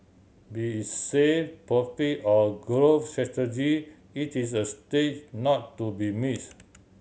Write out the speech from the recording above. be it sale profit or growth strategy it is a stage not to be miss